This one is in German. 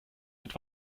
mit